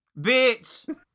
bitch